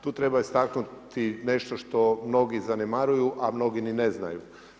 Tu treba istaknuti nešto što mnogi zanemaruju, a mnogi ni ne znaju.